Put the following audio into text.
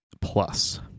plus